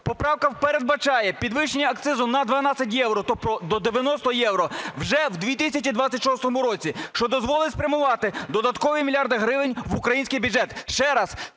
Поправка передбачає підвищення акцизу на 12 євро, тобто до 90 євро вже в 2026 році, що дозволить спрямувати додаткові мільярди гривень в український бюджет.